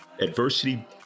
Adversity